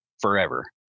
forever